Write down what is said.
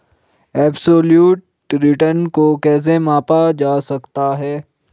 Absolute return को कैसे मापा जा सकता है?